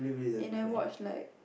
and I watch like